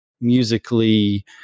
musically